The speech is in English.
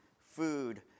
food